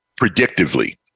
predictively